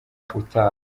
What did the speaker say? utaha